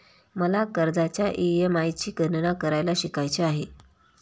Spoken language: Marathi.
मला कर्जाच्या ई.एम.आय ची गणना करायला शिकायचे आहे